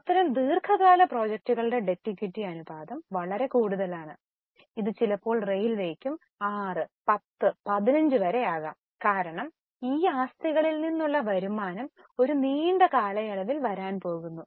അത്തരം ദീർഘകാല പ്രോജക്റ്റുകളുടെ ഡെറ്റ് ഇക്വിറ്റി അനുപാതം വളരെ കൂടുതലാണ് ഇത് ചിലപ്പോൾ റെയിൽവേയ്ക്കും 6 10 15 ആകാം കാരണം ഈ ആസ്തികളിൽ നിന്നുള്ള വരുമാനം ഒരു നീണ്ട കാലയളവിൽ വരാൻ പോകുന്നു